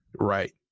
right